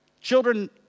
Children